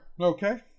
Okay